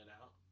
out